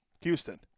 houston